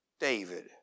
David